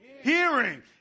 Hearing